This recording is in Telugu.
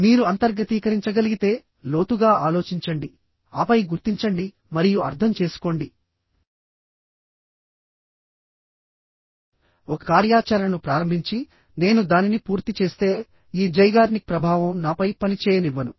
మీరు అంతర్గతీకరించగలిగితే లోతుగా ఆలోచించండి ఆపై గుర్తించండి మరియు అర్థం చేసుకోండి ఒక కార్యాచరణను ప్రారంభించినేను దానిని పూర్తి చేస్తేఈ జైగార్నిక్ ప్రభావం నాపై పనిచేయనివ్వను